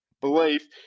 belief